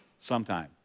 sometime